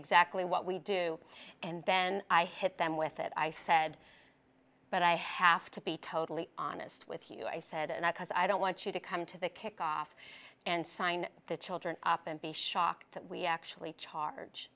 exactly what we do and then i hit them with it i said but i have to be totally honest with you i said and i because i don't want you to come to the kickoff and sign the children up and be shocked that we actually charge